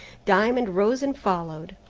diamond rose and followed.